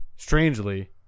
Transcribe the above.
Strangely